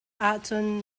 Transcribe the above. ahcun